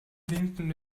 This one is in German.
winkten